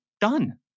done